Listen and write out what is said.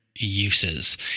uses